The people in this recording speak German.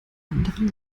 anderen